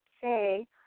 Say